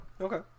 okay